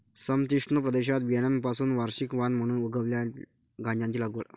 समशीतोष्ण प्रदेशात बियाण्यांपासून वार्षिक वाण म्हणून उगवलेल्या गांजाची लागवड